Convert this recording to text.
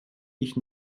ich